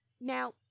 Now